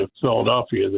Philadelphia